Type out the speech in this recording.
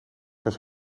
was